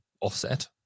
Offset